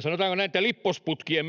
sanotaanko näin